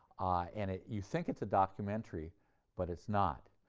and ah you think it's a documentary but it's not,